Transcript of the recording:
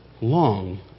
long